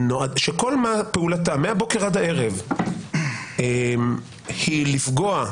שכל פעולתה מהבוקר עד הערב היא לפגוע,